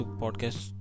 podcast